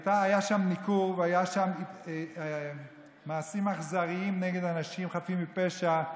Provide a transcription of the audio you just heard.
היה שם ניכור והיו שם מעשים אכזריים נגד אנשים חפים מפשע,